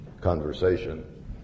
conversation